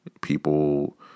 People